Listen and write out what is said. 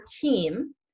team